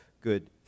good